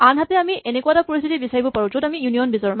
আনহাতে আমি এনেকুৱা এটা পৰিস্হিতি বিচাৰিব পাৰো য'ত আমি ইউনিয়ন বিচাৰো